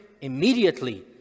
immediately